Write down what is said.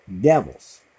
devils